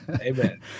Amen